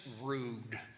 rude